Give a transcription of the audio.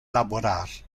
laborar